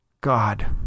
God